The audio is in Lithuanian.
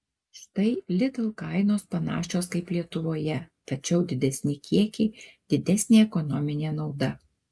štai lidl kainos panašios kaip lietuvoje tačiau didesni kiekiai didesnė ekonominė nauda